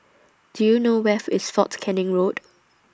Do YOU know Where IS Fort Canning Road